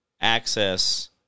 access